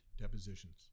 depositions